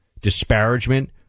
disparagement